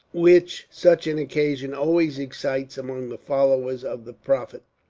which such an occasion always excites among the followers of the prophet,